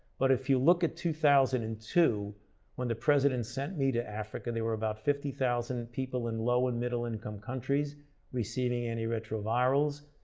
but if you look at two thousand and two when the president sent me to africa there were about fifty thousand people in low and middle-income countries receiving anti-retrovirals,